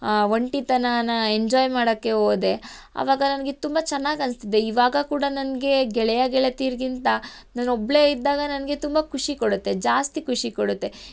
ಒಂಟಿತನನ enjoy ಮಾಡೋಕೆ ಹೋದೆ ಆವಾಗ ನನಗೆ ತುಂಬ ಚೆನ್ನಾಗಿ ಅನಿಸ್ತಿದ್ದೆ ಇವಾಗ ಕೂಡ ನನಗೆ ಗೆಳೆಯ ಗೆಳತಿಯರಿಗಿಂತ ನಾನು ಒಬ್ಬಳೇ ಇದ್ದಾಗ ನನಗೆ ತುಂಬ ಖುಷಿ ಕೊಡುತ್ತೆ ಜಾಸ್ತಿ ಖುಷಿ ಕೊಡುತ್ತೆ